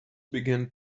began